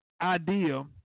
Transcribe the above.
idea